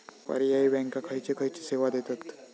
पर्यायी बँका खयचे खयचे सेवा देतत?